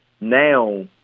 now